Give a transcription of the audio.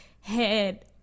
head